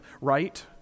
right